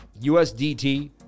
USDT